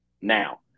Now